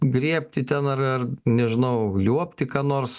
grėbti ten ar ar nežinau liuobti ką nors